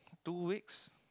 two weeks